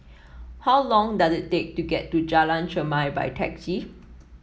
how long does it take to get to Jalan Chermai by taxi